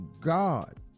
God